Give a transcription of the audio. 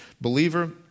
Believer